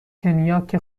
کنیاک